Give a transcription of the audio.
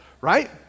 right